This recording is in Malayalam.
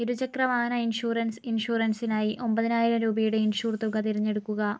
ഇരുചക്ര വാഹന ഇൻഷൂറൻസ് ഇൻഷൂറൻസിനായി ഒമ്പതിനായിരം രൂപയുടെ ഇൻഷൂർ തുക തിരഞ്ഞെടുക്കുക